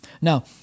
Now